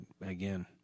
again